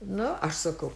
nu aš sakau